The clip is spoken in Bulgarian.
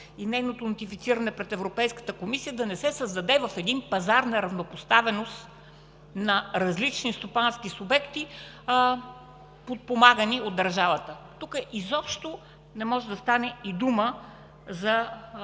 и нейното нотифициране пред Европейската комисия е да не създаде в един пазар равнопоставеност на различни стопански субекти, подпомагани от държавата. Тук изобщо не може да стане и дума за